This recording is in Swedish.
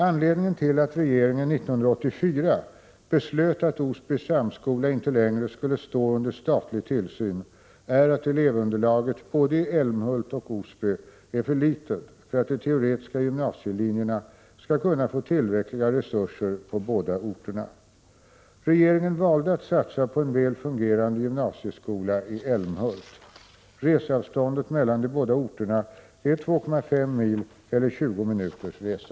Anledningen till att regeringen 1984 beslöt att Osby samskola inte längre skulle stå under statlig tillsyn är att elevunderlaget i både Älmhult och Osby är för litet för att de teoretiska gymnasielinjerna skall kunna få tillräckliga resurser på båda orterna. Regeringen valde att satsa på en väl fungerande gymnasieskola i Älmhult. Resavståndet mellan de båda orterna är 2,5 mil eller 20 minuters resa.